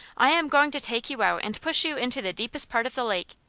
i am going to take you out and push you into the deepest part of the lake.